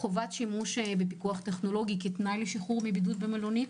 חובת שימוש בפיקוח טכנולוגי כתנאי לשחרור מבידוד במלונית.